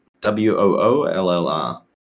W-O-O-L-L-R